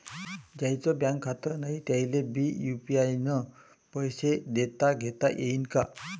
ज्याईचं बँकेत खातं नाय त्याईले बी यू.पी.आय न पैसे देताघेता येईन काय?